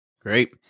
Great